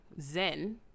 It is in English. zen